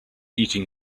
eating